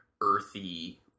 earthy